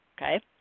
okay